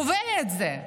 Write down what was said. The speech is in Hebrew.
קובע את זה,